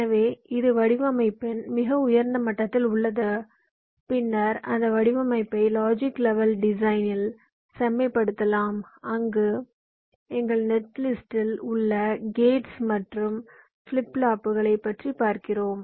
எனவே இது வடிவமைப்பின் மிக உயர்ந்த மட்டத்தில் உள்ளது பின்னர் அந்த வடிவமைப்பை லாஜிக் லெவல் டிசைனில் செம்மைப்படுத்தலாம் அங்கு எங்கள் நெட்லிஸ்டில் உள்ள கேட்ஸ் மற்றும் ஃபிளிப் ஃப்ளாப்புகளைப் பற்றி பார்க்கிறோம்